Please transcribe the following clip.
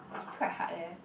actually it's quite hard leh